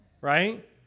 Right